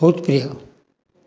ବହୁତ ପ୍ରିୟ